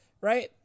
right